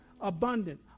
abundant